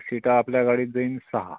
शीटा आपल्या गाडीत देईन सहा